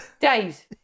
days